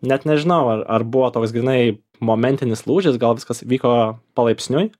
net nežinau ar ar buvo toks grynai momentinis lūžis gal viskas vyko palaipsniui